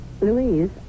Louise